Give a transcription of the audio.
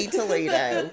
Toledo